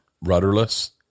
rudderless